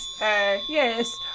yes